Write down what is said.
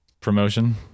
promotion